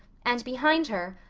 and behind her,